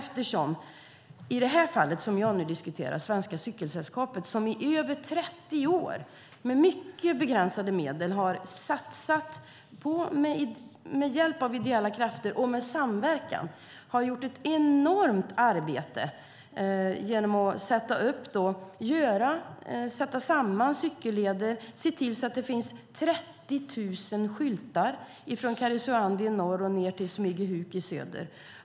Svenska Cykelsällskapet, som jag nu diskuterar, har i över 30 år med mycket begränsade medel, med hjälp av ideella krafter och i samverkan gjort ett enormt arbete genom att de har satt samman cykelleder och sett till att det finns 30 000 skyltar, från Karesuando i norr ned till Smygehuk i söder.